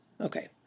Okay